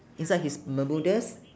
inside his bermudas